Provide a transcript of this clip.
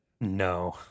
No